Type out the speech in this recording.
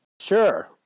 Sure